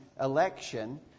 election